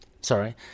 sorry